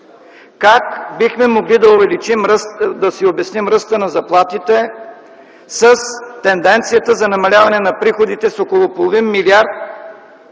как бихме могли да си обясним ръста на заплатите с тенденцията за намаляване на приходите с около половин милиард